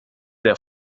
der